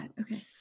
Okay